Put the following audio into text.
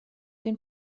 den